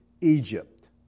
Egypt